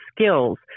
skills